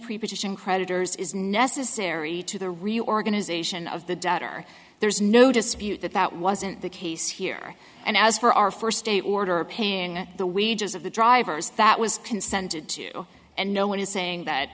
pre position creditors is necessary to the reorganization of the debtor there's no dispute that that wasn't the case here and as for our first date order paying the wages of the drivers that was consented to and no one is saying that